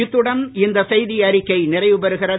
இத்துடன் இந்த செய்தி அறிக்கை நிறைவு பெறுகிறது